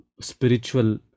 spiritual